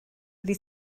wedi